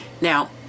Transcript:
Now